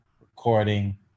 Recording